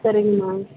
சரிங்க மேம்